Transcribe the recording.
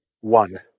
one